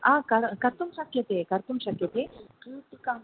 हा क कर्तुं शक्यते कर्तुं शक्यते कीटिकां